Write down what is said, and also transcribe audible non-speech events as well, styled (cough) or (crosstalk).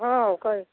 ହଁ (unintelligible)